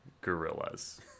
gorillas